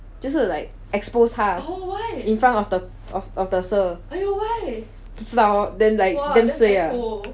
就是 like expose 他 in front of the of the sir 不知道咯 then like damn suay